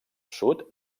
sud